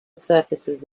surfaces